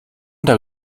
tak